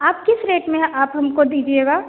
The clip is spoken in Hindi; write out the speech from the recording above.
आप किस रेट में आप हमको दीजिएगा